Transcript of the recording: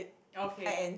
okay